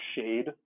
shade